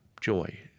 joy